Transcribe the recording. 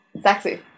Sexy